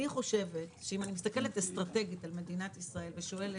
אני חושבת שאם את מסתכלת אסטרטגית על מדינת ישראל ושואלת,